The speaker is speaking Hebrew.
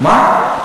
מה?